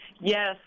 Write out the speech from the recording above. Yes